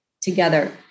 together